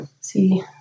see